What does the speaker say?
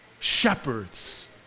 shepherds